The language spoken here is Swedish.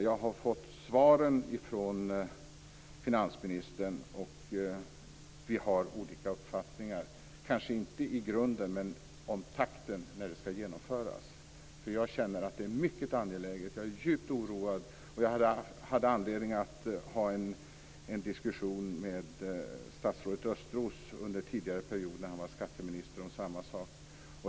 Jag har fått svar från finansministern, och vi har olika uppfattningar, kanske inte i grunden men om den takt som detta skall genomföras i. Jag känner att detta är mycket angeläget. Jag är djupt oroad. Jag hade en diskussion med statsrådet Östros om samma sak när han var skatteministern.